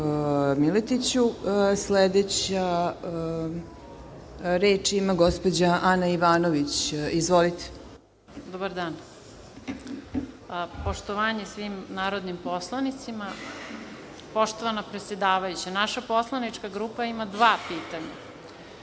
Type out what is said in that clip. Miletiću. Reč ima gospođa Ana Ivanović. **Ana Ivanović** Dobra dan. Poštovanje svim narodnim poslanicima. Poštovana predsedavajuća, naša poslanička grupa ima dva pitanja.